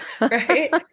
right